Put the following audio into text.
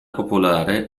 popolare